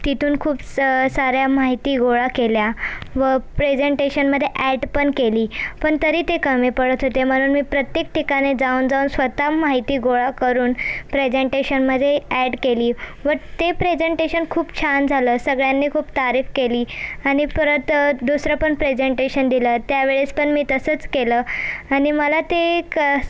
तिथून खूप साऱ्या माहिती गोळा केल्या व प्रेजेंटेशनमध्ये ॲड पण केली पण तरी ते कमी पडत होते म्हणून मी प्रत्येक ठिकाणी जाऊन जाऊन स्वत माहिती गोळा करून प्रेजेंटेशनमध्ये ॲड केली व ते प्रेजेंटेशन खूप छान झालं सगळ्यांनी खूप तारीफ केली आणि परत दुसरं पण प्रेजेंटेशन दिलं त्यावेळेस पण मी तसंच केलं आणि मला ते एक